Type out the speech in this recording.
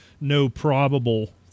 no-probable